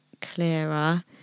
clearer